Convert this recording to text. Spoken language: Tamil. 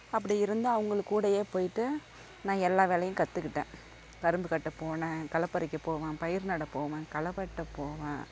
அப்படி இருந்தால் அவர்கள்கூடயே போயிட்டு நான் எல்லா வேலையும் கற்றுக்கிட்டேன் கரும்புக்கட்ட போனேன் களைப்பறிக்க போவேன் பயிர்நட போவேன் களைவெட்ட போவேன்